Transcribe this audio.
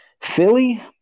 Philly